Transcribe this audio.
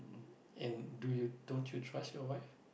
and don't you trust your wife